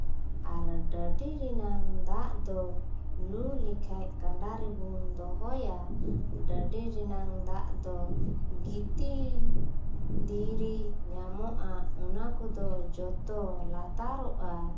ᱟᱨ ᱰᱟᱹᱰᱤ ᱨᱮᱱᱟᱝ ᱫᱟᱜ ᱫᱚ ᱞᱩ ᱞᱮᱠᱷᱟᱡ ᱠᱟᱸᱰᱟ ᱨᱮᱵᱚᱱ ᱫᱚᱦᱚᱭᱟ ᱰᱟᱹᱰᱤ ᱨᱮᱱᱟᱝ ᱫᱟᱜ ᱫᱚ ᱜᱤᱛᱤᱞ ᱫᱷᱤᱨᱤ ᱧᱟᱢᱚᱜᱼᱟ ᱚᱱᱟ ᱠᱚᱫᱚ ᱡᱚᱛᱚ ᱞᱟᱛᱟᱨᱚᱜᱼᱟ